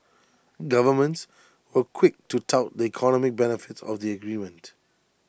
governments were quick to tout the economic benefits of the agreement